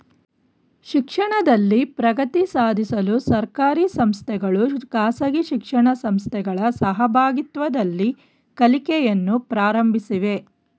ಶಿಕ್ಷಣದಲ್ಲಿ ಪ್ರಗತಿ ಸಾಧಿಸಲು ಸರ್ಕಾರಿ ಸಂಸ್ಥೆಗಳು ಖಾಸಗಿ ಶಿಕ್ಷಣ ಸಂಸ್ಥೆಗಳ ಸಹಭಾಗಿತ್ವದಲ್ಲಿ ಕಲಿಕೆಯನ್ನು ಪ್ರಾರಂಭಿಸಿವೆ